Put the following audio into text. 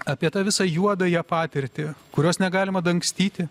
apie tą visą juodąją patirtį kurios negalima dangstyti